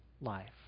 life